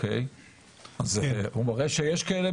הוא מראה שיש כאלה?